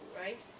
right